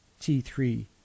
T3